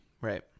Right